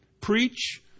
Preach